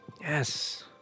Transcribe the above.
Yes